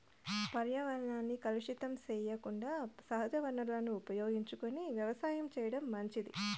పర్యావరణాన్ని కలుషితం సెయ్యకుండా సహజ వనరులను ఉపయోగించుకొని వ్యవసాయం చేయటం మంచిది